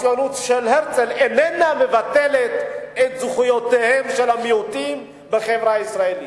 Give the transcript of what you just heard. הציונות של הרצל איננה מבטלת את זכויותיהם של המיעוטים בחברה הישראלית.